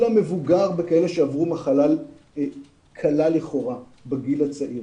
המבוגר בכאלה שעברו מחלה קלה לכאורה בגיל הצעיר.